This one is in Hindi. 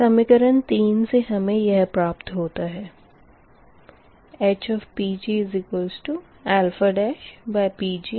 समीकरण 3 से हमें यह प्राप्त होता है HPgPgPg